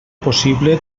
possible